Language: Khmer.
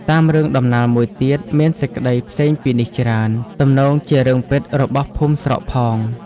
តាមរឿងដំណាលមួយទៀត មានសេចក្ដីផ្សេងពីនេះច្រើន ទំនងជារឿងពិតរបស់ភូមិស្រុកផង។